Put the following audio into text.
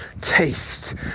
taste